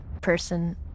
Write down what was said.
person